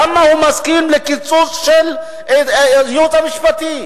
למה הוא מסכים לקיצוץ של הייעוץ המשפטי.